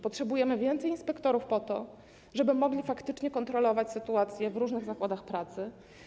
Potrzebujemy więcej inspektorów po to, żeby mogli faktycznie kontrolować sytuację w różnych zakładach pracy.